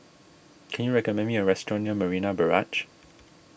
can you recommend me a restaurant near Marina Barrage